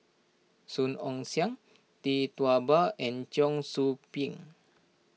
Song Ong Siang Tee Tua Ba and Cheong Soo Pieng